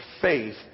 faith